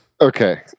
Okay